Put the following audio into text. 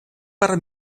para